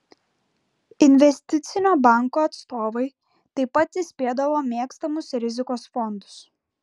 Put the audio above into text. investicinio banko atstovai taip pat įspėdavo mėgstamus rizikos fondus